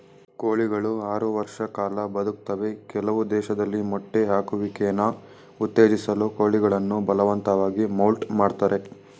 ಕೋಳಿಗಳು ಆರು ವರ್ಷ ಕಾಲ ಬದುಕ್ತವೆ ಕೆಲವು ದೇಶದಲ್ಲಿ ಮೊಟ್ಟೆ ಹಾಕುವಿಕೆನ ಉತ್ತೇಜಿಸಲು ಕೋಳಿಗಳನ್ನು ಬಲವಂತವಾಗಿ ಮೌಲ್ಟ್ ಮಾಡ್ತರೆ